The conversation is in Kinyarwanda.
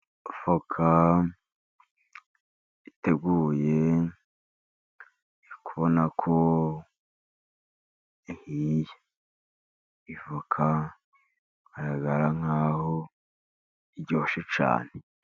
Voka iteguye, uri kubona ko ihiye. Iyi voka, igaragara nk'aho iryoshye cyane.